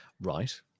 Right